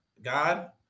God